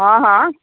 ਹਾਂ ਹਾਂ